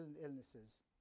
illnesses